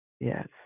yes